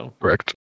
Correct